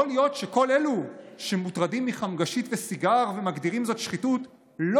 יכול להיות שכל אלו שמוטרדים מחמגשית וסיגר ומגדירים זאת שחיתות לא